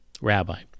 Rabbi